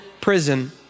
prison